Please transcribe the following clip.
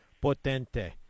Potente